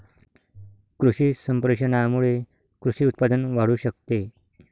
कृषी संप्रेषणामुळे कृषी उत्पादन वाढू शकते